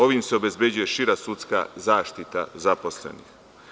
Ovim se obezbeđuje šira sudska zaštita zaposlenih.